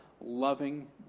loving